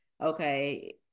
okay